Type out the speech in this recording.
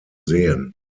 sehen